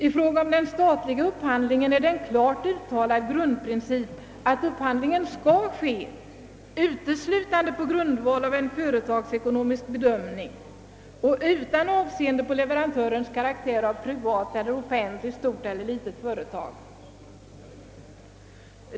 I fråga om den statliga upphandlingen är det en klart uttalad grundprincip att upphandling skall ske uteslutande på grundval av en företagsekonomisk bedömning och utan avseende på leverantörens karaktär av privat eller offentligt, stort eller litet företag.